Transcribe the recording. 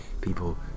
people